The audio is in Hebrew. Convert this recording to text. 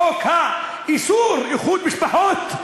חוק איסור איחוד משפחות.